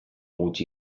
gutxi